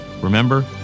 Remember